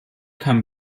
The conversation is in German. kam